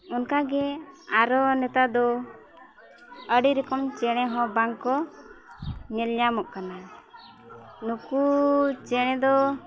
ᱚᱱᱠᱟ ᱜᱮ ᱟᱨᱚ ᱱᱮᱛᱟᱨ ᱫᱚ ᱟᱹᱰᱤ ᱨᱚᱠᱚᱢ ᱪᱮᱬᱮ ᱦᱚᱸ ᱵᱟᱝ ᱠᱚ ᱧᱮᱞ ᱧᱟᱢᱚᱜ ᱠᱟᱱᱟ ᱱᱩᱠᱩ ᱪᱮᱬᱮ ᱫᱚ